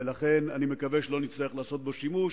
ולכן אני מקווה שלא נצטרך לעשות בו שימוש.